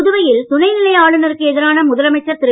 புதுவையில் துணைநிலை ஆளுநருக்கு எதிரான முதலமைச்சர் திரு